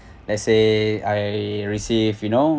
let's say I received you know